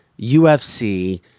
ufc